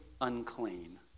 unclean